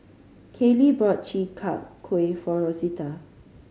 Kayli bought Chi Kak Kuih for Rosita